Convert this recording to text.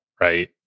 right